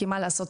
כי מה לעשות,